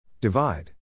Divide